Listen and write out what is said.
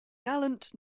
gallant